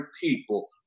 people